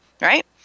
right